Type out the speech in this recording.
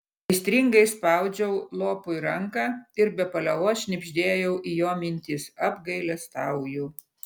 aistringai spaudžiau lopui ranką ir be paliovos šnibždėjau į jo mintis apgailestauju